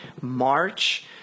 March